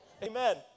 Amen